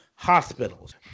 Hospitals